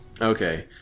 Okay